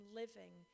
living